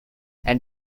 and